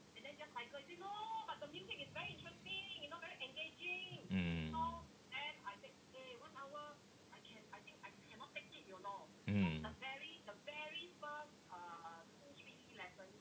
mm mm